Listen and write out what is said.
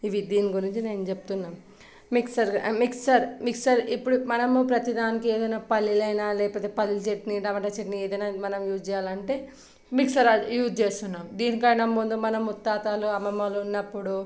ఇవి దీని గురించి నేను చెప్తున్నా మిక్సర్ మిక్సర్ మిక్సర్ ఇప్పుడు మనము ప్రతీ దానికి ఏదైనా పల్లీలైనా లేకపోతే పల్లీల చట్నీ టమాటా చట్నీ ఏదైనా మనం యూజ్ చేయాలంటే మిక్సర్ యూజ్ చేస్తున్నాం దీనికైనా ముందు మన ముత్తాతలు అమ్మమ్మోళ్ళు ఉన్నప్పుడు